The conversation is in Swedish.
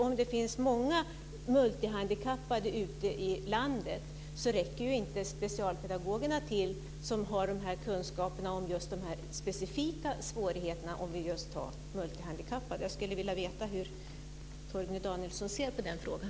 Om det finns många multihandikappade ute i landet så räcker ju inte specialpedagogerna som har kunskaperna om just de specifika svårigheterna med multihandikappade till. Jag skulle vilja veta hur Torgny Danielsson ser på den frågan.